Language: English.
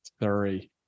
three